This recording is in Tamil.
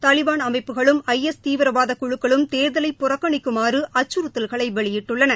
தாவிபாள் அமைப்புகளும் ஐ எஸ் தீவிரவாத குழுக்களும் தேர்தலை புறக்கணிக்குமாறு அச்சுறுத்தல்களை வெளியிட்டுள்ளன